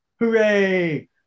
hooray